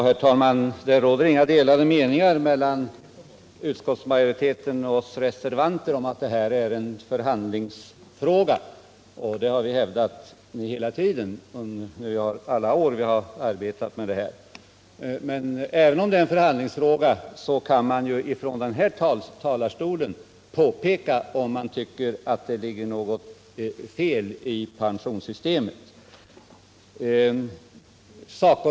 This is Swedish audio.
Herr talman! Det råder inga delade meningar mellan utskottsmajoriteten och oss reservanter om att detta är en förhandlingsfråga. Det har vi hävdat hela tiden under alla de år som vi har arbetat med frågan. Men även om det är en förhandlingsfråga, så kan man från denna talarstol påpeka om man tycker att det är något fel i pensionssystemet.